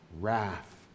wrath